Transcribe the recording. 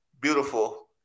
beautiful